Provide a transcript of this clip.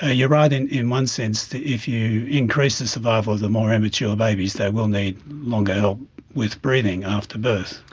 ah you're right in in one sense, that if you increase the survival of the more immature babies, they will need longer help with breathing after birth.